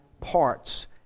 parts